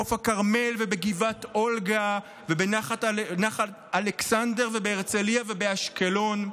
ובחוף הכרמל ובגבעת אולגה ובנחל אלכסנדר ובהרצליה ובאשקלון,